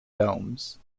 domes